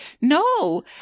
No